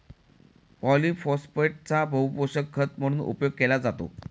पॉलिफोस्फेटचा बहुपोषक खत म्हणून उपयोग केला जातो